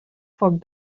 foc